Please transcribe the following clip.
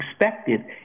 expected